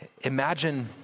Imagine